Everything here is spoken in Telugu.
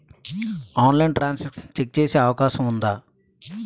ఆన్లైన్లో ట్రాన్ సాంక్షన్ చెక్ చేసే అవకాశం ఉందా?